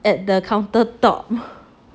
at the counter top